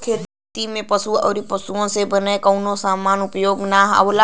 खेती में पशु आउर पशु से बनल कवनो समान के उपयोग ना होला